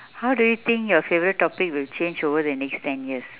how do you think your favourite topic will change over the next ten years